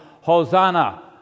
Hosanna